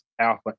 alpha